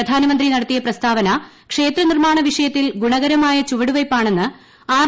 പ്രധാനമന്ത്രി നടത്തിയ പ്രസ്താവന ക്ഷേത്രമ്പിർമ്മാണ വിഷയത്തിൽ ഗുണകരമായ ചുവടുവയ്പ്പാണെന്ന് ആര്